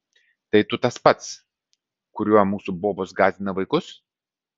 tai tu tas pats kuriuo mūsų bobos gąsdina vaikus